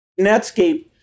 Netscape